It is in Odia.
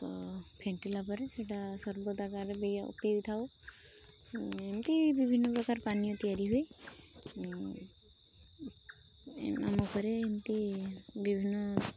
ଫେଣ୍ଟିଲା ପରେ ସେଇଟା ସର୍ବତ ଆକାରରେ ପିଇଥାଉ ଏମିତି ବିଭିନ୍ନ ପ୍ରକାର ପାନୀୟ ତିଆରି ହୁଏ ଆମ ଘରେ ଏମିତି ବିଭିନ୍ନ